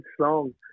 song